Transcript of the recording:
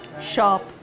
shop